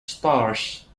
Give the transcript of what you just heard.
stars